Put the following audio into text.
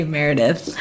Meredith